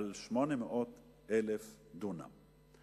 על 800,000 דונם.